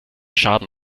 schaden